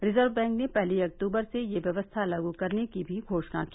reserve bank ने पहली अक्तूबर से यह व्यवस्था लागू करने की भी घोषणा की